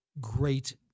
great